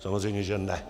Samozřejmě že ne.